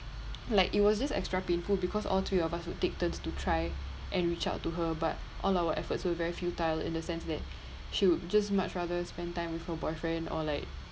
like it was just extra painful because all three of us would take turns to try and reach out to her but all our efforts will very futile in the sense that she would just much rather spend time with her boyfriend or like